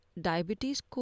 diabetes